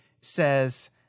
says